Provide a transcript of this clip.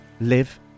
live